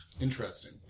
Interesting